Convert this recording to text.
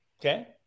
Okay